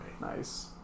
Nice